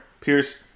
Pierce